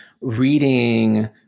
reading